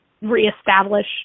reestablish